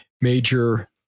Major